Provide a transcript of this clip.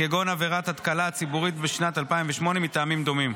כגון עבירת התקלה הציבורית בשנת 2008 מטעמים דומים.